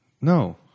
No